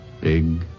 Big